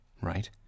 Right